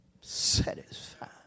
satisfied